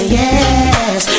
yes